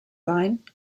sein